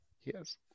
Yes